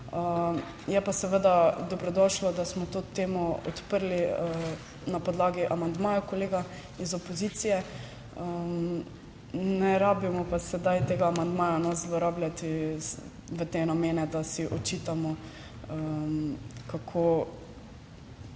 dobrodošlo, da smo to temo odprli na podlagi amandmaja kolega iz opozicije, ne rabimo pa sedaj tega amandmaja zlorabljati v te namene, da si očitamo, kako ta